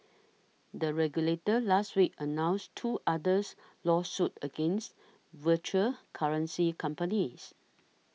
the regulator last week announced two others lawsuits against virtual currency companies